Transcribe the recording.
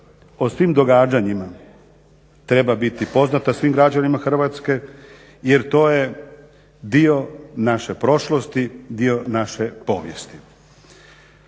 o svim događanjima treba biti poznata svim građanima Hrvatske jer to je dio naše prošlosti, dio naše povijesti.